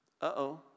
Uh-oh